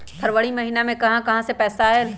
फरवरी महिना मे कहा कहा से पैसा आएल?